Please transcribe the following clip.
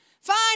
fine